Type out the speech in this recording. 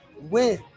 win